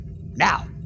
Now